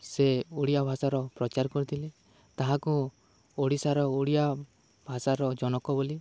ସେ ଓଡ଼ିଆ ଭାଷାର ପ୍ରଚାର କରିଥିଲେ ତାହାକୁ ଓଡ଼ିଶାର ଓଡ଼ିଆ ଭାଷାର ଜନକ ବୋଲି